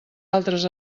altres